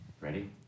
Ready